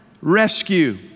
rescue